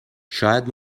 شاید